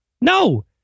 no